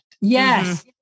Yes